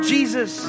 Jesus